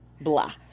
blah